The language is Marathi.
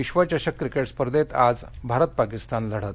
विश्वचषक क्रिकेट स्पर्धेत आज भारत पाकीस्तान लढत